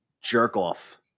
jerk-off